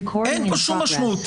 אין פה שום משמעות.